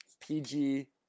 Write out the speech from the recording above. PG